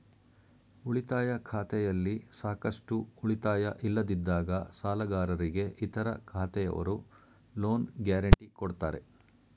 ಉಳಿತಾಯ ಖಾತೆಯಲ್ಲಿ ಸಾಕಷ್ಟು ಉಳಿತಾಯ ಇಲ್ಲದಿದ್ದಾಗ ಸಾಲಗಾರರಿಗೆ ಇತರ ಖಾತೆಯವರು ಲೋನ್ ಗ್ಯಾರೆಂಟಿ ಕೊಡ್ತಾರೆ